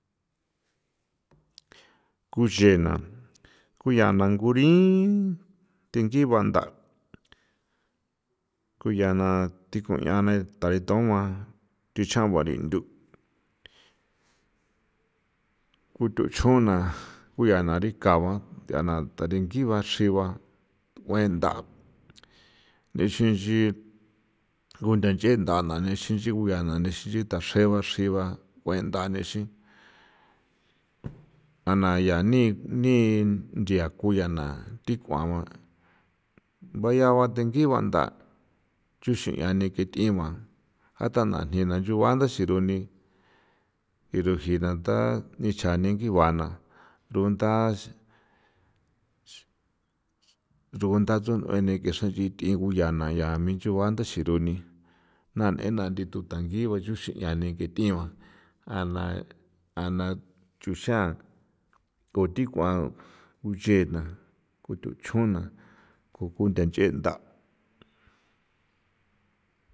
Kuxena ko yaa na ko riin ngui ba ntha ko ya na thikuña na nua thade thuan thi cha nguarinthu kuthuchjuna ku yaa darikauba tharingi ba dachrje ba nguetha nixinxi kuthanchentha ko yaa ne ndachrje ba ncrii ba jana yaa ni nthia ko ya bayaa ba dinguii ba ntha nchixia ba ke thiban jatha nganji yua ntha xiruni rujina tha nichjan na ngiva ná runtha ntha tsju nueni ke xrain di'in ko yaa nthu xiruni na nii nague na tangui jiba dekee thiban jana jana chuxan ko thi kua nche na kuthuchjun na ko kunthachjentha.